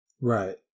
Right